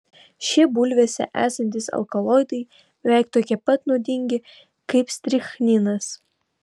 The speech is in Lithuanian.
šie bulvėse esantys alkaloidai beveiki tokie pat nuodingi kaip strichninas